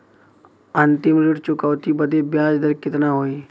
अंतिम ऋण चुकौती बदे ब्याज दर कितना होई?